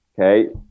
okay